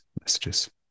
messages